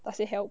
does it help